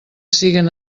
siguen